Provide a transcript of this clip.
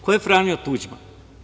Ko je Franjo Tuđman?